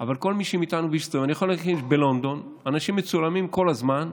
אבל אני יכול להגיד שבלונדון אנשים מצולמים כל הזמן,